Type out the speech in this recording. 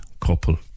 couple